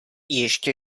ještě